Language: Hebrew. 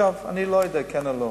אני לא יודע אם כן או לא,